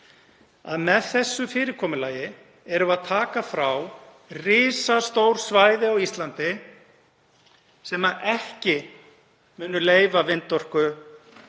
að með þessu fyrirkomulagi erum við að taka frá risastór svæði á Íslandi sem ekki munu leyfa vindorkuvirkjanir